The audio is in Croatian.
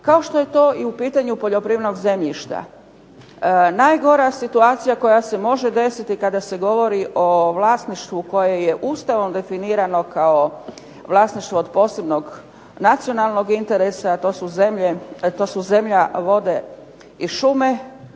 Kao što je to i u pitanju poljoprivrednog zemljišta. Najgora situacija koja se može desiti kada se govori o vlasništvu koje je Ustavom definirano kao vlasništvo od posebnog nacionalnog interesa, a to su zemlja, vode i šume,